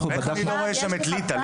איך אני לא רואה שם את ליטא?